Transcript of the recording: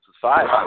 society